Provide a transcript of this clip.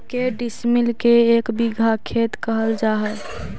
के डिसमिल के एक बिघा खेत कहल जा है?